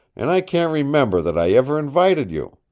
and i can't remember that i ever invited you.